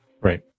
Right